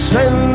Send